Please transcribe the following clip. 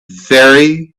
very